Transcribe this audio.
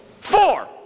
Four